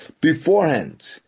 beforehand